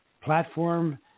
platform